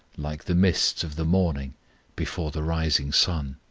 like the mists of the morning before the rising sun.